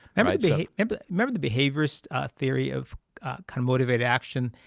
um i mean remember the behaviorist theory of kind of motivated action?